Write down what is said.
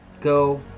Go